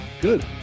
Good